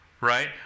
right